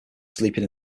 sleeping